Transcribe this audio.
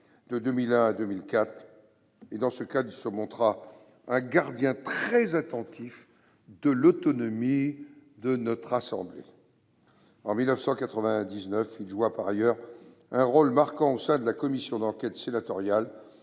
du Sénat ; dans ce cadre, il se montra un gardien très attentif de l'autonomie de notre assemblée. En 1999, il joua par ailleurs un rôle marquant au sein de la commission d'enquête sénatoriale